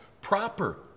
proper